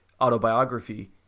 autobiography